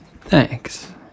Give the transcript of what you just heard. Thanks